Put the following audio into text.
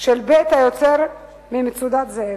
מבית-היוצר של "מצודת זאב".